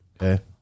Okay